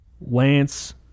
lance